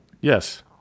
Yes